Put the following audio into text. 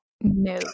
No